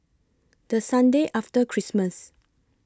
The Sunday after Christmas